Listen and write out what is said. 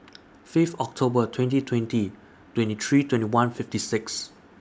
Fifth October twenty twenty twenty three twenty one fifty six